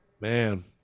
Man